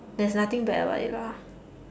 there's nothing bad about it lah